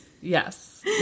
yes